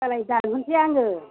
होम्बालाय दानहरनोसै आङो